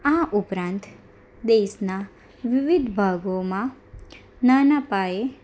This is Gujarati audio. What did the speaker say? આ ઉપરાંત દેશના વિવિધ ભાગોમાં નાના પાયે